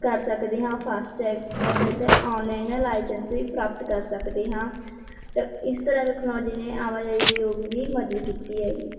ਕਰ ਸਕਦੇ ਹਾਂ ਫਾਸਟ ਟਰੈਕ ਕਰ ਸਕਦੇ ਆਨਲਾਈਨ ਲਾਈਸੈਂਸ ਵੀ ਪ੍ਰਾਪਤ ਕਰ ਸਕਦੇ ਹਾਂ ਤਾਂ ਇਸ ਤਰ੍ਹਾਂ ਟਕਨੋਲੋਜੀ ਨੇ ਆਵਾਜਾਈ ਉਦਯੋਗ ਦੀ ਮਦਦ ਕੀਤੀ ਹੈਗੀ